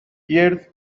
ears